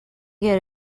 get